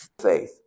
faith